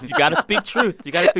got to speak truth yeah.